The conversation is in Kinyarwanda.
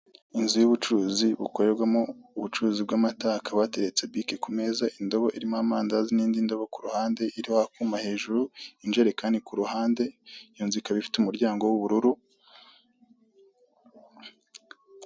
Inzu y'ubucuruzi bukorerwamo ubucuruzi bw'amata hakaba hateretse bike kumeza. indobo irimo amandazi n'indi ndobo kuruhande iriho akuma hejuru injerekani kuruhande, iyo nzu ikaba ifite umuryango w'ubururu.